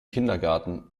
kindergarten